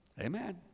Amen